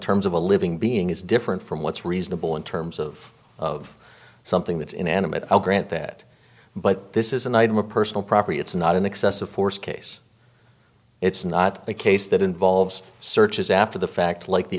terms of a living being is different from what's reasonable in terms of of something that's inanimate i'll grant that but this is an item of personal property it's not an excessive force case it's not a case that involves searches after the fact like the